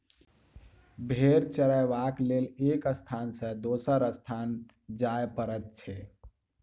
भेंड़ चरयबाक लेल एक स्थान सॅ दोसर स्थान जाय पड़ैत छै